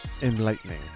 Enlightening